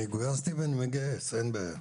אני גויסתי ואני מגייס, אין בעיה.